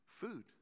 food